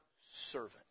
servant